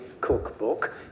cookbook